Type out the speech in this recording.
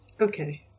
Okay